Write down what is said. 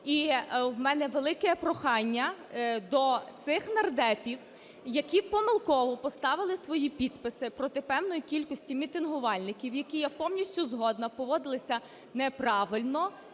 І у мене велике прохання до цих нардепів, які помилково поставили свої підписи проти певної кількості мітингувальників, які, я повністю згодна, поводилися неправильно,